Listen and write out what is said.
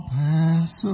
pass